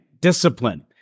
discipline